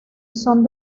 son